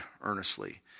earnestly